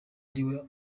ariwe